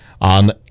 on